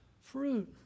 fruit